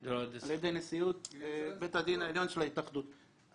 זה על ידי הנשיאות בית הדין של ההתאחדות.